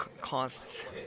costs